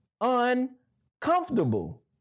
uncomfortable